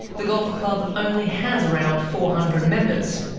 the golf club only has around four hundred members,